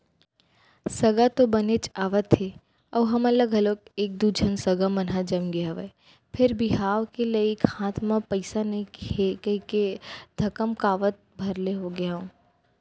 सगा तो बनेच आवथे अउ हमन ल घलौ एक दू झन सगा मन ह जमगे हवय फेर बिहाव के लइक हाथ म पइसा नइ हे कहिके धकमकावत भर ले होगे हंव